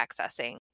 accessing